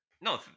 no